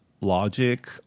logic